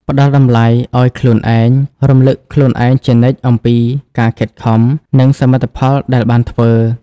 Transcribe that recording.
ផ្តល់តម្លៃឲ្យខ្លួនឯង រំលឹកខ្លួនឯងជានិច្ចអំពីការខិតខំ និងសមិទ្ធផលដែលបានធ្វើ។